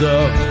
up